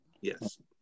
Yes